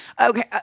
okay